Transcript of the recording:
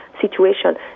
situation